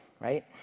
right